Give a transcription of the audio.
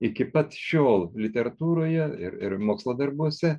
iki pat šiol literatūroje ir ir mokslo darbuose